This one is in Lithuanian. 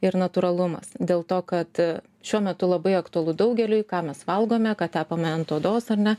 ir natūralumas dėl to kad šiuo metu labai aktualu daugeliui ką mes valgome ką tepame ant odos ar ne